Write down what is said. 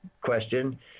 question